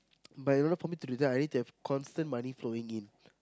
but in order for me to do that I need to have constant money flowing in